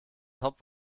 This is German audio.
topf